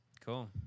cool